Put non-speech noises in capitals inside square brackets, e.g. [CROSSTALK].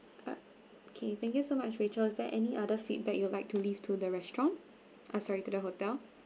[NOISE] okay thank you so much rachel is there any other feedback you would like to leave to the restaurant ah sorry to the hotel